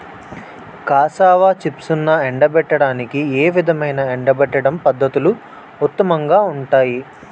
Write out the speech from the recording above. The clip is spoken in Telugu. కాసావా చిప్స్ను ఎండబెట్టడానికి ఏ విధమైన ఎండబెట్టడం పద్ధతులు ఉత్తమంగా ఉంటాయి?